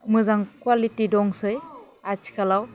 मोजां क्वालिटि दंसै आथिखालाव